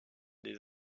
des